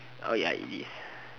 oh ya it is